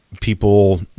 people